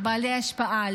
לבעלי השפעה,